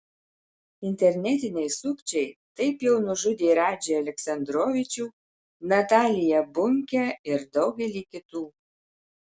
internetiniai sukčiai taip jau nužudė radžį aleksandrovičių nataliją bunkę ir daugelį kitų